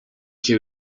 que